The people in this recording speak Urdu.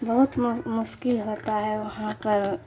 بہت مشکل ہوتا ہے وہاں پر